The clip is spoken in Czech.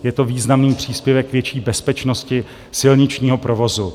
Je to významný příspěvek k větší bezpečnosti silničního provozu.